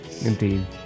Indeed